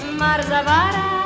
marzavara